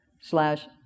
slash